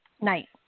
Night